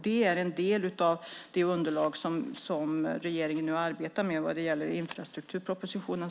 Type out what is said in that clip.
Det är en del av det underlag som regeringen nu arbetar med vad gäller infrastrukturpropositionen.